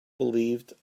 believed